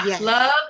Love